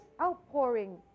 outpouring